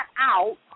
out